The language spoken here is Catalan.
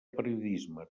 periodisme